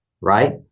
right